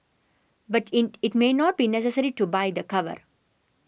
but it may not be necessary to buy the cover